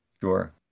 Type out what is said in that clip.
Sure